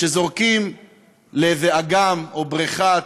שזורקים לאיזה אגם או בריכה,